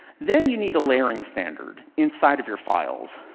then you need a layering standard inside of your files.